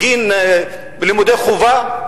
בגין לימודי חובה,